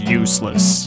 useless